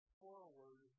forward